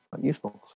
useful